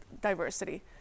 diversity